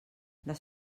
les